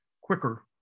quicker